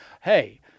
hey